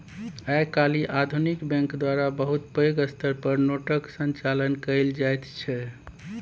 आइ काल्हि आधुनिक बैंक द्वारा बहुत पैघ स्तर पर नोटक संचालन कएल जाइत छै